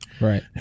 Right